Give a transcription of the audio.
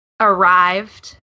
arrived